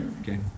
okay